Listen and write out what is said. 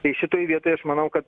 tai šitoj vietoj aš manau kad